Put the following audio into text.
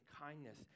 kindness